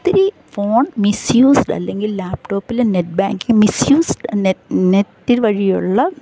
ഒത്തിരി phone misused അല്ലെങ്കിൽ ലാപ്ടോപ്പിൽ നെറ്റ് ബാങ്കിങ്ങ് മിസ്യൂസ്ഡ് നെറ്റ് വഴിയുള്ള